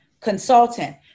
consultant